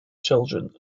children